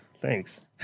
Thanks